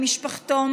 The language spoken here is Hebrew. ממשפחתו,